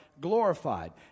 glorified